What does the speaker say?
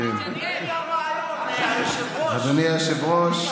אדוני היושב-ראש,